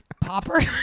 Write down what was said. popper